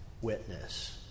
witness